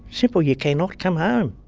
simple, you can not come home.